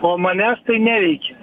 o manęs tai neveikia